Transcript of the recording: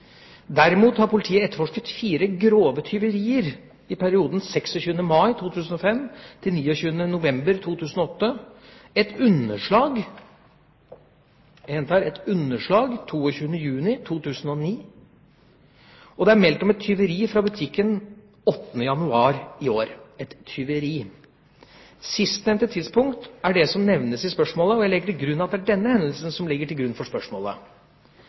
Derimot har politiet etterforsket fire grove tyverier i perioden 26. mai 2005 til 29. november 2008, et underslag – jeg gjentar et underslag – 22. juni 2009, og det er meldt om et tyveri fra butikken 8. januar i år – et tyveri. Sistnevnte tidspunkt er det som nevnes i spørsmålet, og jeg legger til grunn at det er denne hendelsen som ligger til grunn for spørsmålet.